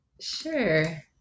Sure